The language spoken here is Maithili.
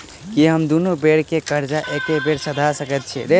की हम दुनू बेर केँ कर्जा एके बेर सधा सकैत छी?